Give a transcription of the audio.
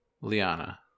Liana